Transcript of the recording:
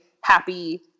happy